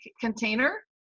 container